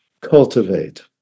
cultivate